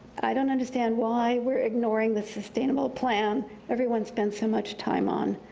i don't understand why we're ignoring the sustainable plan everyone spent so much time on.